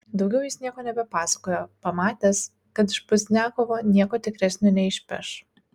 daugiau jis nieko nebepasakojo pamatęs kad iš pozdniakovo nieko tikresnio neišpeš